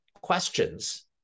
questions